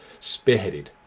spearheaded